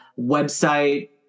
website